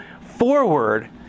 forward